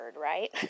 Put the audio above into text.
right